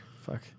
fuck